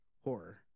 horror